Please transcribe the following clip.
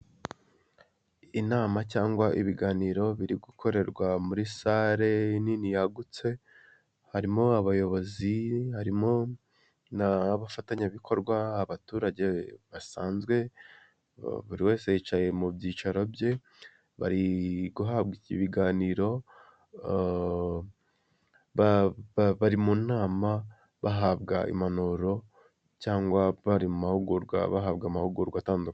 Inama cyangwa ibiganiro biri gukorerwa muri sale nini yagutse harimo abayobozi harimo n'abafatanyabikorwa abaturage basanzwe buri wese yicaye mu byicaro bye bari guhabwa ibiganiro bari mu nama bahabwa impanuro cyangwa bari mu mahugurwa bahabwa amahugurwa atandukanye.